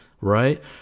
right